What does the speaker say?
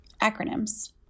Acronyms